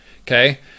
okay